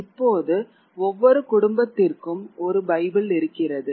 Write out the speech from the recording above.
இப்போது ஒவ்வொரு குடும்பத்திற்கும் ஒரு பைபிள் இருக்கிறது